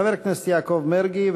חבר הכנסת יעקב מרגי,